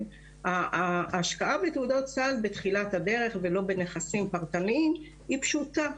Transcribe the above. ההשקעה בתעודות סל ולא בנכסים פרטניים בתחילת הדרך היא פשוטה,